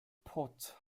pot